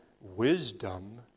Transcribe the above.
wisdom